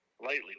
lightly